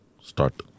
start